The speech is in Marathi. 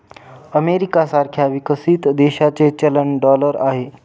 अमेरिका सारख्या विकसित देशाचे चलन डॉलर आहे